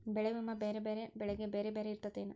ಬೆಳೆ ವಿಮಾ ಬ್ಯಾರೆ ಬ್ಯಾರೆ ಬೆಳೆಗೆ ಬ್ಯಾರೆ ಬ್ಯಾರೆ ಇರ್ತೇತೆನು?